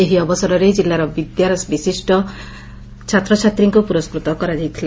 ଏହି ଅବସରରେ କିଲ୍ଲାର ବିଦ୍ୟାର ବିଶିଷ୍ ଛାତ୍ରଛାତ୍ରୀଙ୍କୁ ପୁରସ୍କୃତ କରାଯାଇଥିଲା